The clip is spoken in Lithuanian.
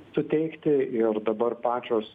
suteikti ir dabar pačios